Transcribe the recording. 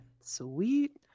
Sweet